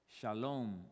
Shalom